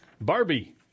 Barbie